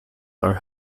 are